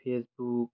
Facebook